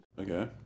Okay